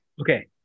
Okay